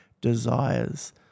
desires